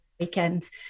weekend